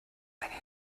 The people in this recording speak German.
einen